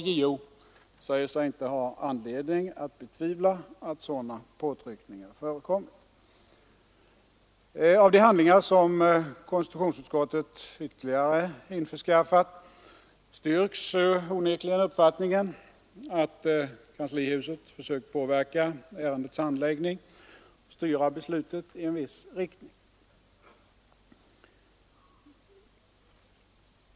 Och JO säger sig inte ha anledning att betvivla att sådana påtryckningar förekommit. Av de handlingar som KU ytterligare införskaffat styrks onekligen uppfattningen att kanslihuset försökt påverka ärendets handläggning och styra beslutet i en viss riktning.